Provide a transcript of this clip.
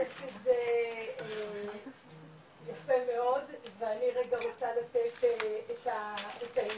אמרתי את זה יפה מאוד ואני רוצה רגע לתת את ההמשך,